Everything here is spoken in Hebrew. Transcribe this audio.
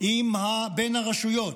בין הרשויות,